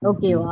Okay